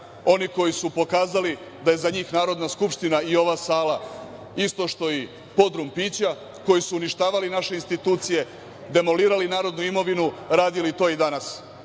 oni koji su pokazali da je za njih Narodna skupština i ova sala isto što i podrum pića, koji su uništavali naše institucije, demolirali narodnu imovinu, radili to i danas. Oni